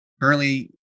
currently